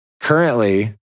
Currently